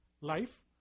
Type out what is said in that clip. life